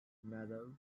meadows